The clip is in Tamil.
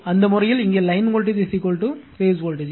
அந்த முறையில் இங்கே லைன் வோல்டேஜ் பேஸ் வோல்டேஜ்